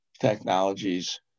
technologies